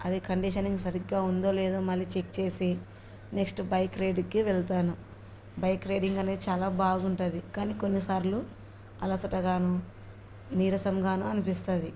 అది కండిషనింగ్ సరిగ్గా ఉందో లేదో మళ్ళీ చెక్ చేసి నెక్స్ట్ బైక్ రైడింగ్కి వెళ్తాను బైక్ రైడింగ్ అనేది చాలా బాగుంటుంది కానీ కొన్నిసార్లు అలసటగాను నీరసంగాను అనిపిస్తుంది